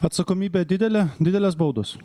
atsakomybė didelė didelės baudos